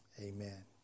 Amen